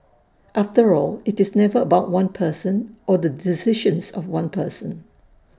after all IT is never about one person or the decisions of one person